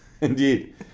indeed